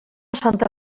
santa